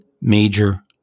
major